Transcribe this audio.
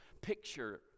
picture